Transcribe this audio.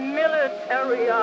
military